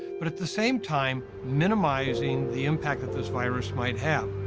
but at the same time, minimizing the impact that this virus might have?